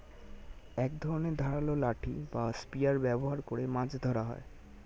এক ধরনের ধারালো লাঠি বা স্পিয়ার ব্যবহার করে মাছ ধরা হয়